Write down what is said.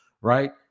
right